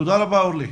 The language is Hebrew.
תודה רבה לך.